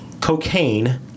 Cocaine